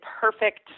perfect